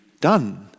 done